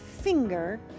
finger